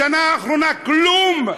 בשנה האחרונה כלום.